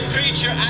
Preacher